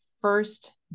first